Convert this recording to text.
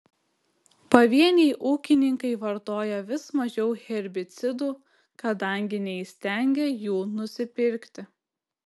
pavieniai ūkininkai vartoja vis mažiau herbicidų kadangi neįstengia jų nusipirkti